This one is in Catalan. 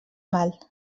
mal